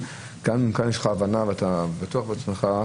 אומנם כאן יש לך הבנה ואתה בטוח בעצמך,